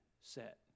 set